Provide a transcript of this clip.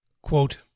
Quote